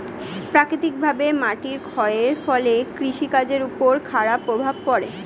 প্রাকৃতিকভাবে মাটির ক্ষয়ের ফলে কৃষি কাজের উপর খারাপ প্রভাব পড়ে